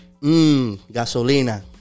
Gasolina